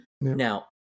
Now